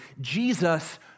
Jesus